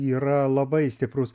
yra labai stiprus